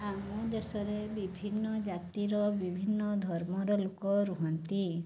ଆମ ଦେଶରେ ବିଭିନ୍ନ ଜାତିର ବିଭିନ୍ନ ଧର୍ମର ଲୋକ ରୁହନ୍ତି